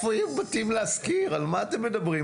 איפה יהיו בתים להשכיר, על מה אתם מדברים?